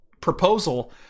Proposal